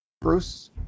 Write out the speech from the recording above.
Bruce